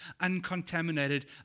uncontaminated